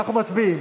אנחנו מצביעים.